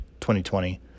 2020